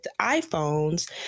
iPhones